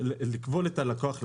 לכבול את הלקוח לבנק,